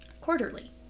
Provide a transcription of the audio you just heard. quarterly